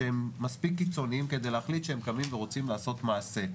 שהם מספיק קיצוניים כדי להחליט שהם קמים ורוצים לעשות מעשה.